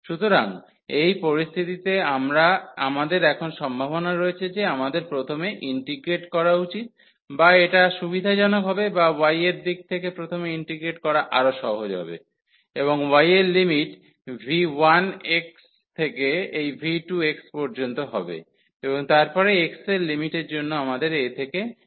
সুতরাং এই পরিস্থিতিতে আমাদের এখন সম্ভাবনা রয়েছে যে আমাদের প্রথমে ইন্টিগ্রেট করা উচিত বা এটা সুবিধাজনক হবে বা y এর দিক থেকে প্রথমে ইন্টিগ্রেট করা আরও সহজ হবে এবং y এর লিমিট v1 থেকে এই v2 পর্যন্ত হবে এবং তারপরে x এর লিমিটের জন্য আমাদের a থেকে b হবে